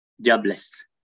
jobless